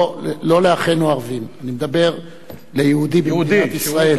לא לאחינו הערבים, אני מדבר ליהודי במדינת ישראל,